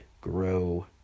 Grow